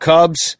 Cubs